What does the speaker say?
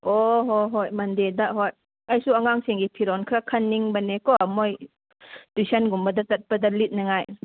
ꯑꯣ ꯍꯣꯏ ꯍꯣꯏ ꯃꯟꯗꯦꯗ ꯍꯣꯏ ꯑꯩꯁꯨ ꯑꯉꯥꯡꯁꯤꯡꯒꯤ ꯐꯤꯔꯣꯟ ꯈꯔ ꯈꯟꯅꯤꯡꯕꯅꯦ ꯀꯣ ꯃꯣꯏ ꯇ꯭ꯌꯨꯁꯟꯒꯨꯝꯕꯗ ꯆꯠꯄꯗ ꯂꯤꯠꯅꯤꯉꯥꯏ